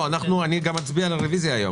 לא, אני גם אצביע על הרביזיה היום.